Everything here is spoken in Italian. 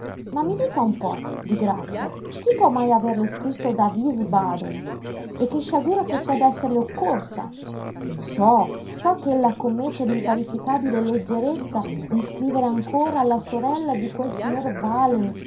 ma mi dica un po di grazia chi può mai averle scritto da wiesbaden e che sciagura potrebbe esserle occorsa so so ch'ella commette l'inqualificabile leggerezza di scrivere ancora alla sorella di quel signor wahlen